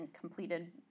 completed